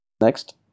Next